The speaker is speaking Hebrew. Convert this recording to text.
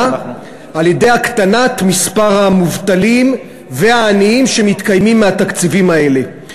על-ידי הקטנת מספר המובטלים והעניים שמתקיימים מהתקציבים האלה.